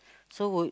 so would